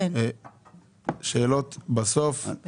אנחנו רואים שיתרות העו"ש שבבסיס שלהן